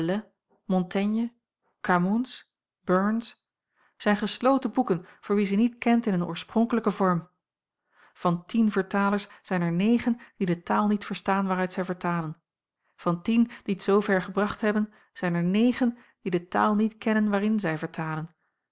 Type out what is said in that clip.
montaigne camoens burns zijn gesloten boeken voor wie ze niet kent in hun oorspronkelijken vorm van tien vertalers zijn er negen die de taal niet verstaan waaruit zij vertalen van tien die t zoover gebracht hebben zijn er negen die de taal niet kennen waarin zij vertalen